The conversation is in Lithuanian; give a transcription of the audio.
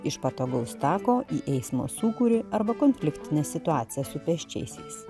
iš patogaus tako į eismo sūkurį arba konfliktinė situacija su pėsčiaisiais